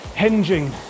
hinging